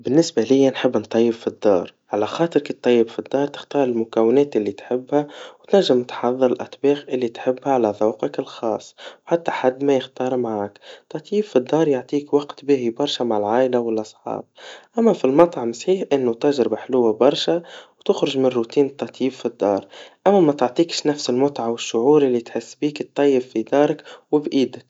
بالنسبا ليا نحب نطيب في الدار, على خاطر كتطيب في الدار تختار المكونات اللي تحبه, وتنجم تحضر الأطباخ اللي تحبها على ذوقك الخاص, وحتى حد كما يختار معاك, التطييب في الدار يعطيك وقت باهي برشا مع العايلة والأصحاب, أما في المطعم صحيح إنه تجربا حلوة برشا وبتتخرج مالروتين التطييب في الدار, أما ماتعطيكش نفس المتا والشعور اللي تحس بيه, كيتطيب في دارك, وبإيدك.